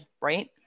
right